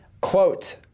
Quote